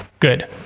good